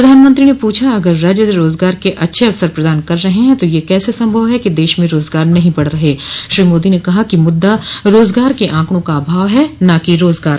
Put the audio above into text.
प्रधानमंत्री ने पूछा कि अगर राज्य रोजगार का अच्छे अवसर प्रदान कर रहे हैं तो यह कैसे संभव है कि देश में रोजगार नहीं बढ़ रहे श्री मोदी ने कहा कि मुद्दा रोजगार के आंकड़ों का अभाव है न कि रोजगार